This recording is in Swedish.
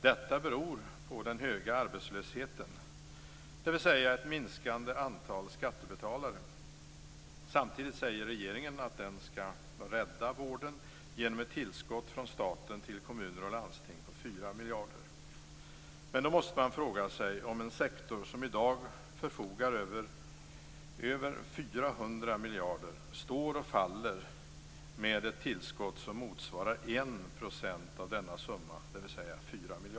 Detta beror på den höga arbetslösheten, dvs. på ett minskande antal skattebetalare. Samtidigt säger regeringen att den skall "rädda vården" genom ett tillskott på 4 miljarder kronor från staten till kommuner och landsting. Då måste man fråga sig om en sektor som i dag förfogar över 400 miljarder kronor står och faller med ett tillskott som motsvarar 1 % av denna summa, dvs.